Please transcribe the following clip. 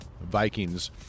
Vikings